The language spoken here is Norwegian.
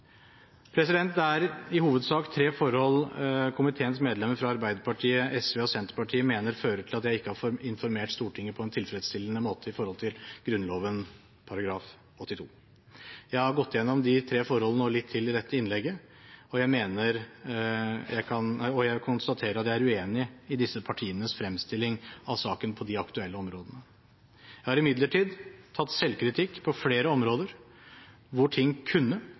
Det er i hovedsak tre forhold komiteens medlemmer fra Arbeiderpartiet, Sosialistisk Venstreparti og Senterpartiet mener fører til at jeg ikke har informert Stortinget på en tilfredsstillende måte etter Grunnloven § 82. Jeg har gått gjennom de tre forholdene og litt til i dette innlegget, og jeg konstaterer at jeg er uenig i disse partienes fremstilling av saken på de aktuelle områdene. Jeg har imidlertid tatt selvkritikk på flere områder hvor ting kunne,